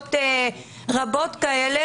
זוגות רבים כאלה,